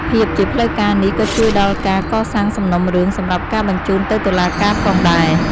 ភាពជាផ្លូវការនេះក៏ជួយដល់ការកសាងសំណុំរឿងសម្រាប់ការបញ្ជូនទៅតុលាការផងដែរ។